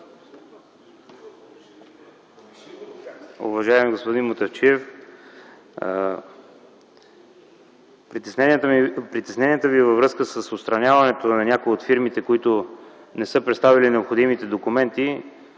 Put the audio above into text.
Уважаеми господин Мутафчиев, притеснението Ви във връзка с отстраняването на някои от фирмите, които не са представили необходимите документи